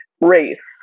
race